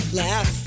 laugh